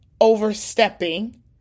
overstepping